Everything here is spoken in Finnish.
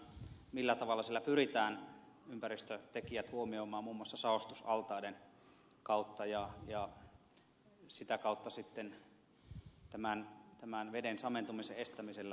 millä tavalla siellä pyritään ympäristötekijät huomioimaan muun muassa saostusaltaiden kautta ja sitä kautta sitten tämän veden samentumisen estämisellä